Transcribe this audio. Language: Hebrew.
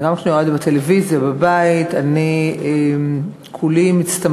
אבל גם כשאני רואה את זה בטלוויזיה בבית אני כולי מצטמררת.